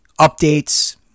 updates